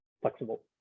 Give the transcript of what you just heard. flexible